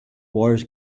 wars